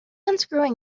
unscrewing